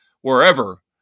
wherever